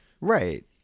right